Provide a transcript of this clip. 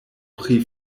pri